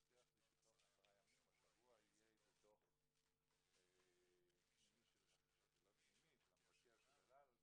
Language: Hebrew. והוא הבטיח לי שתוך עשרה ימים או שבוע יהיה דוח של המבקר של אל על,